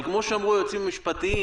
אבל כמו שאמרו היועצים המשפטיים,